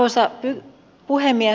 arvoisa puhemies